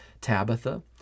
Tabitha